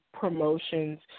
promotions